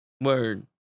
Word